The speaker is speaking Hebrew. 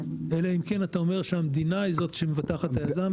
אלא אם כן אתה אומר שהמדינה היא שזאת שמבטחת את היזם,